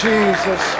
Jesus